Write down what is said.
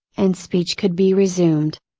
and speech could be resumed.